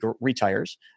retires